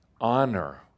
honor